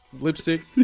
Lipstick